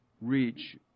reach